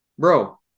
Bro